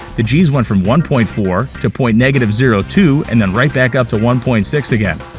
the g's went from one point four to point zero two, and then right back up to one point six again.